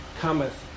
cometh